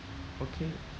okay